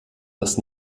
das